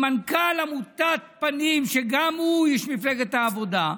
עם מנכ"ל עמותת פנים, שגם הוא איש מפלגת העבודה,